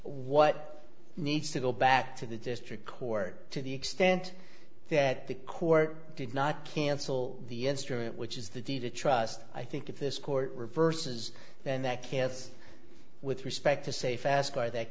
what needs to go back to the district court to the extent that the court did not cancel the instrument which is the diva trust i think if this court reverses then that chaos with respect to say fast by that